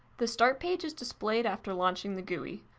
the start page is displayed after launching the gui.